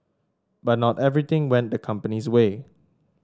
but not everything went the company's way